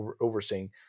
overseeing